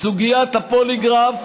סוגיית הפוליגרף